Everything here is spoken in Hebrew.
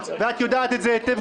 ואת יודעת את זה היטב,